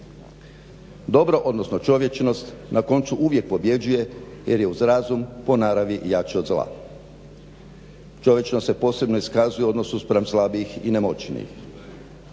Dobro, odnosno čovječnost na koncu uvijek pobjeđuje jer je uz razum po naravi jače od zla. Čovječnost se posebno iskazuje u odnosu spram slabijih i nemoćnijih.